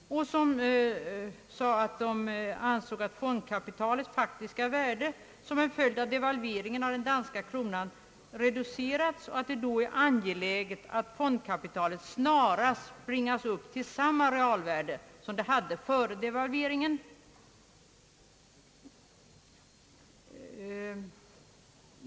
Utskottet anförde att det var angeläget att fondkapitalets faktiska värde, som till följd av den danska kronans devalvering hade reducerats, snarast bringades upp till det värde det hade före devalveringen.